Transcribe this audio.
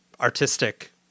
artistic